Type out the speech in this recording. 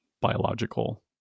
biological